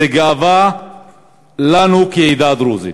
וזה גאווה לנו בעדה הדרוזית.